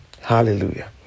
Hallelujah